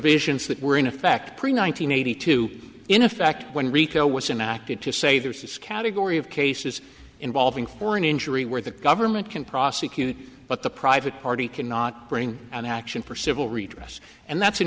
provisions that were in effect pre nine hundred eighty two in effect when rico was inactive to say there's this category of cases involving foreign injury where the government can prosecute but the private party cannot bring an action for civil redress and that's an